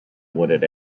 wooded